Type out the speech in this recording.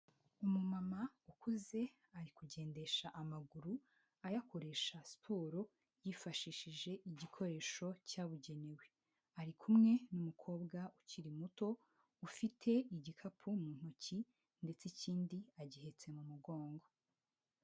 Umumama ukuze ari kugendesha amaguru, ayakoresha siporo, yifashishije igikoresho cyabugenewe. Ari kumwe n'umukobwa ukiri muto ufite igikapu mu ntoki ndetse ikindi agihetse mu mugongo.